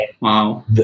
wow